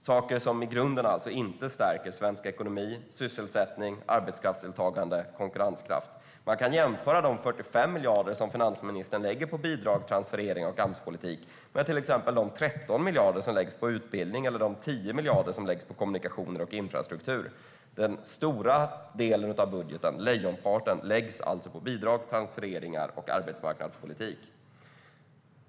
Det är saker som inte stärker svensk ekonomi, sysselsättning, arbetskraftsdeltagande och konkurrenskraft. Man kan jämföra de 45 miljarder som finansministern lägger på bidrag, transfereringar och Amspolitik med de 13 miljarder som läggs på utbildning eller de 10 miljarder som läggs på kommunikationer och infrastruktur. Den stora delen, lejonparten, av budgeten läggs alltså på bidrag, transfereringar och arbetsmarknadspolitik.